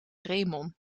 remon